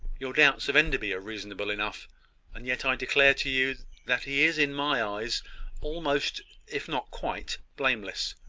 your doubts of enderby are reasonable enough and yet i declare to you that he is in my eyes almost, if not quite, blameless.